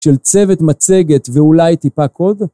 של צוות מצגת ואולי טיפה קוד?